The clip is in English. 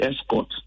escort